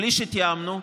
בלי שתיאמנו,